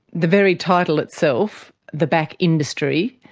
the very title itself, the back industry,